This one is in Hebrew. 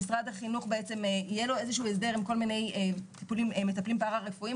למשרד החינוך עם כל מיני מטפלים פרה רפואיים,